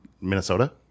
Minnesota